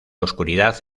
oscuridad